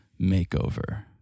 makeover